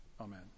Amen